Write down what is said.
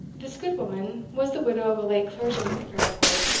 this good woman was the widow of a late clergyman at fairport,